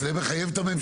אבל זה מחייב את הממשלה.